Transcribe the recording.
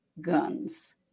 guns